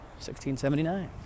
1679